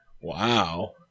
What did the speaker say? Wow